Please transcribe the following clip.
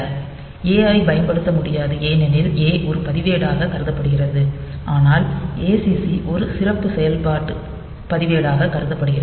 A ஐப் பயன்படுத்த முடியாது ஏனெனில் A ஒரு பதிவேடாக கருதப்படுகிறது ஆனால் acc ஒரு சிறப்பு செயல்பாடு பதிவேடாக கருதப்படுகிறது